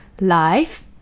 life